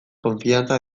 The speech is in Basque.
konfidantza